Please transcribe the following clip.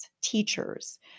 teachers